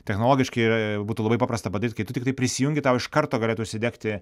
technologiškai yra būtų labai paprasta padaryt kai tu tiktai prisijungi tau iš karto galėtų užsidegti